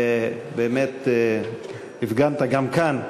ובאמת, הפגנת גם כאן,